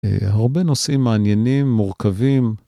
הרבה נושאים מעניינים, מורכבים.